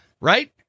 right